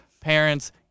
Parents